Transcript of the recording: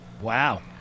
Wow